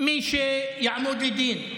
מי שיעמוד לדין.